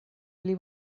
pli